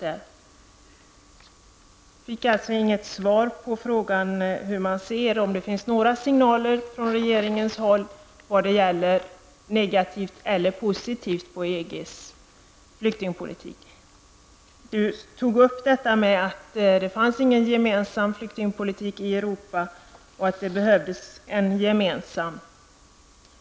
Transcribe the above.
Jag fick inget svar på frågan om det finns några signaler från regeringen, om den ser negativt eller positivt på EGs flyktingpolitik. Du sade att det finns ingen gemensam flyktingpolitik i Europa och att det behövs en sådan.